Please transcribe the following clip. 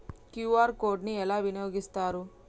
QR code ని ఎలా వినియోగిస్తారు?